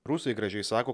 rusai gražiai sako